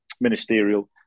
ministerial